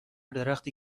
درختی